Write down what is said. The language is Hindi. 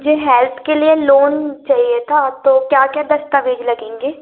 मुझे हेल्थ के लिए लोन चाहिए था तो क्या क्या दस्तावेज लगेंगे